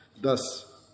Thus